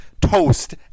toast